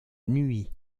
nuit